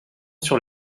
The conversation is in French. sur